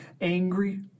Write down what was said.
angry